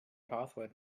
password